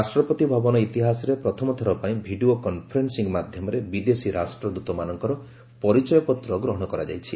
ରାଷ୍ଟ୍ରପତି ଭବନ ଇତିହାସରେ ପ୍ରଥମଥର ପାଇଁ ଭିଡ଼ିଓ କନ୍ଫରେନ୍ଦିଂ ମାଧ୍ୟମରେ ବିଦେଶୀ ରାଷ୍ଟ୍ରଦୃତମାନଙ୍କର ପରିଚୟପତ୍ର ଗ୍ରହଣ କରାଯାଇଛି